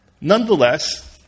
Nonetheless